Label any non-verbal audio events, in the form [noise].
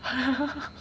[laughs]